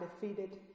defeated